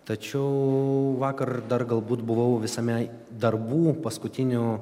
tačiau vakar dar galbūt buvau visame darbų paskutinių